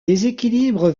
déséquilibre